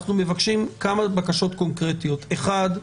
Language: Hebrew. אנחנו מבקשים כמה בקשות קונקרטיות: ראשית,